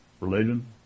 religion